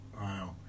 Wow